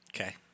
Okay